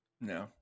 No